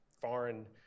foreign